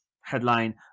headline